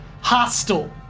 hostile